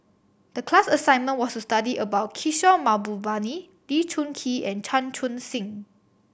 the class assignment was to study about Kishore Mahbubani Lee Choon Kee and Chan Chun Sing